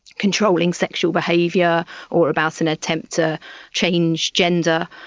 controlling sexual behaviour or about an attempt to change gender,